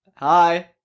Hi